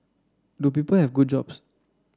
do people have good jobs